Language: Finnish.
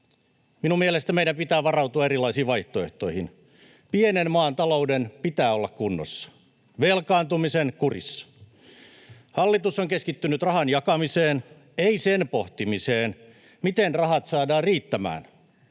minun mielestäni meidän pitää varautua erilaisiin vaihtoehtoihin. Pienen maan talouden pitää olla kunnossa ja velkaantumisen kurissa. Hallitus on keskittynyt rahan jakamiseen, ei sen pohtimiseen, miten rahat saadaan riittämään